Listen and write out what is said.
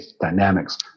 dynamics